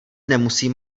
nemusím